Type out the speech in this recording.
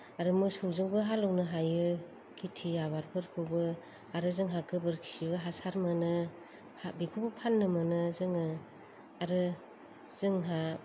आरो मोसौजोंबो हालेवनो हायो खेति आबादफोरखौबो आरो जोंहा गोबोरखि हासार मोनो हासार बेखौबो फान्नो मोनो जोङो आरो जोंहा